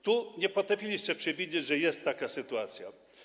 Tu nie potrafiliście przewidzieć, że jest taka sytuacja.